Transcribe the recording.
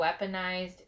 weaponized